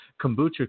Kombucha